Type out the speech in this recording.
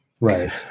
right